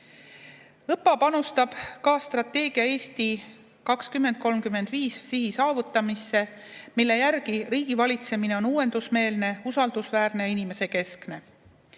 panustab ka strateegia "Eesti 2035" sihi saavutamisse, mille järgi riigivalitsemine on uuendusmeelne, usaldusväärne ja inimesekeskne.